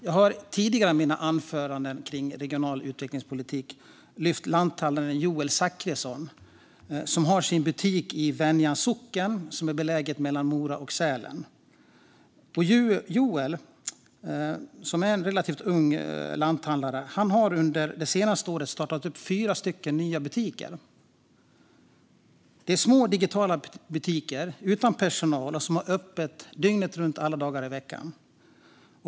Jag har tidigare i mina anföranden om regional utvecklingspolitik lyft upp lanthandlaren Joel Zackrisson, som har sin butik i Venjans socken, som är belägen mellan Mora och Sälen. Joel, som är en relativt ung lanthandlare, har under det senaste året startat upp fyra nya butiker. Det är små digitala butiker utan personal och som har öppet dygnet runt alla dagar i veckan.